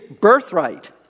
birthright